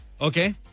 okay